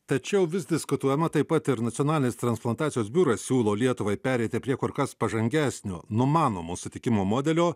tačiau vis diskutuojama taip pat ir nacionalinis transplantacijos biuras siūlo lietuvai pereiti prie kur kas pažangesnio numanomo sutikimo modelio